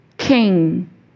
King